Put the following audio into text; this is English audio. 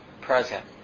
present